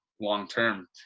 long-term